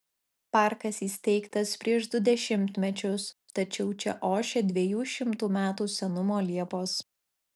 parkas įsteigtas prieš du dešimtmečius tačiau čia ošia dviejų šimtų metų senumo liepos